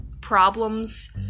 problems